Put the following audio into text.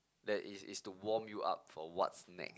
that is is to warm you up for what's next